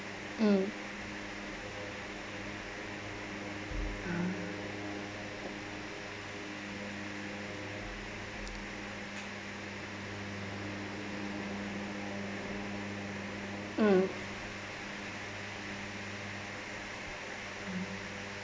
mm ah mm mm